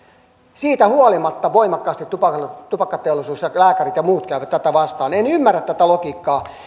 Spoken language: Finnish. siitä huolimatta voimakkaasti tupakkateollisuus ja lääkärit ja muut käyvät tätä vastaan en en ymmärrä tätä logiikkaa